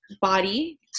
body